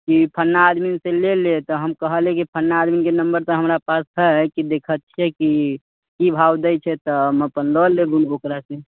ई फलना आदमीसँ लऽ ले तऽ हम कहलियै कि फलना आदमीके नम्बर तऽ हमरा पास हइ कि देखैत छियै कि की भाव दैत छै तऽ हम अपन लऽ लेब ओकरासँ